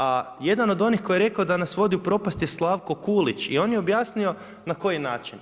A jedan od onih koji je rekao da nas vodi u propast je Slavko Kulić i on je objasnio na koji način.